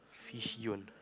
fish yawn